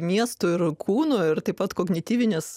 miestų ir kūno ir taip pat kognityvinės